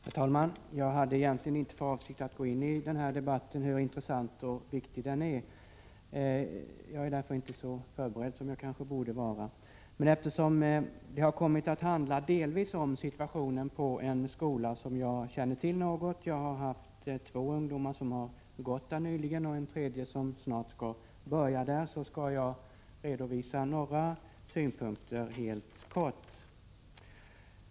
Herr talman! Jag hade egentligen inte för avsikt att gå in i debatten, hur intressant och viktig den än är. Jag är därför inte så förberedd som jag kanske borde vara. Eftersom debatten delvis har kommit att handla om situationen vid en skola som jag något känner till — jag har två ungdomar som har gått där nyligen och en tredje som snart skall börja — vill jag helt kort redovisa några synpunkter.